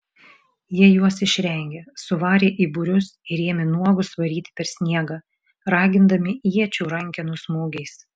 jie juos išrengė suvarė į būrius ir ėmė nuogus varyti per sniegą ragindami iečių rankenų smūgiais